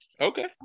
Okay